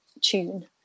tune